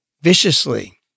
viciously